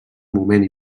moment